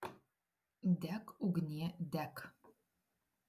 dek ugnie dek